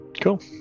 cool